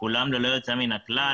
כולן ללא יוצא מן הכלל,